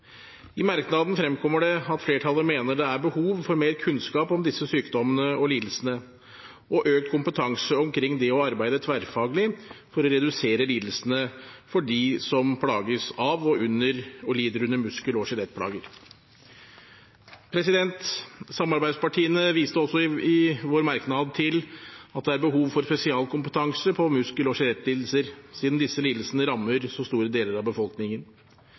I merknaden fremkommer det at flertallet mener det er et behov for mer kunnskap om disse sykdommene og lidelsene og økt kompetanse omkring det å arbeide tverrfaglig for å redusere lidelsene for dem som lider av muskel- og skjelettplager. Samarbeidspartiene viste også i vår merknad til at det er behov for spesialkompetanse på muskel- og skjelettlidelser, siden disse lidelsene rammer så store deler av befolkningen.